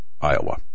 Iowa